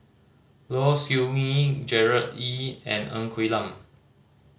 Low Siew Nghee Gerard Ee and Ng Quee Lam